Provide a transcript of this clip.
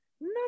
no